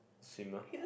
swimmer